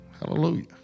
Hallelujah